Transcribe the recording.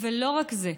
לא רק זה,